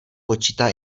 počítá